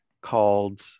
called